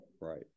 Right